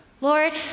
Lord